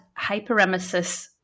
hyperemesis